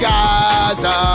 Gaza